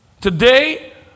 Today